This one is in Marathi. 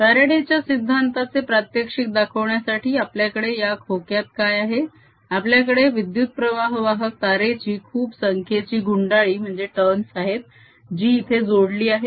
फ्याराडेच्या सिद्धांताचे प्रात्यक्षिक दाखवण्यासाठी आपल्याकडे या खोक्यात काय आहे आपल्याकडे विद्युत प्रवाह वाहक तारेची खूप संख्येची गुंडाळी आहेत जी इथे जोडली आहे